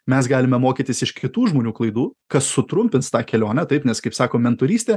mes galime mokytis iš kitų žmonių klaidų kas sutrumpins tą kelionę taip nes kaip sako mentorystė